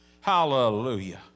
hallelujah